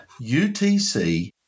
UTC